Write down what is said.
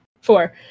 four